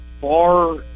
far